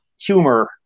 humor